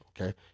Okay